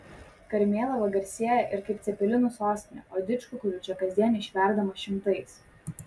karmėlava garsėja ir kaip cepelinų sostinė o didžkukulių čia kasdien išverdama šimtais